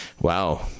Wow